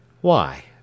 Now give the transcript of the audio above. Why